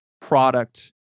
product